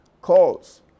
calls